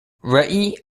rei